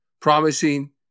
promising